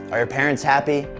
are your parents happy?